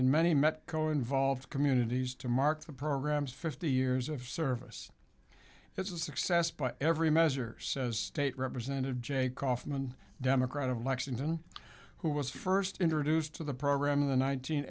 in many met coal involved communities to mark the program's fifty years of service that's a success by every measure says state representative jay kaufman democrat of lexington who was first introduced to the program in the